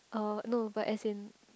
uh no but as in